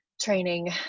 training